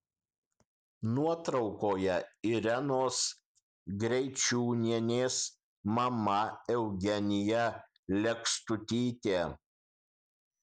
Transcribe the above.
nuotraukoje irenos greičiūnienės mama eugenija lekstutytė